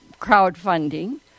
crowdfunding